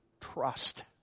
trust